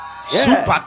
Super